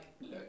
look